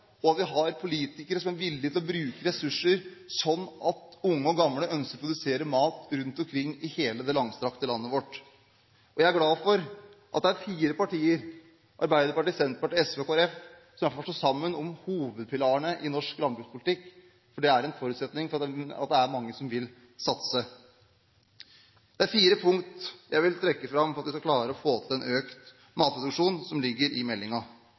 unge og gamle ønsker å produsere mat rundt omkring i hele det langstrakte landet vårt. Jeg er glad for at det er fire partier, Arbeiderpartiet, Senterpartiet, SV og Kristelig Folkeparti, som står sammen om hovedpilarene i norsk landbrukspolitikk. Det er en forutsetning for at det er mange som vil satse. Det er flere punkt jeg vil trekke fram for at vi skal klare å få til en økt matproduksjon, som ligger i